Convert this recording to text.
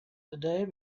today